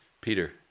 Peter